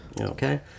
Okay